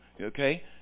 Okay